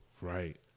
Right